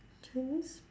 chinese